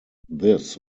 this